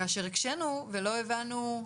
כאשר הקשינו ולא הבנו.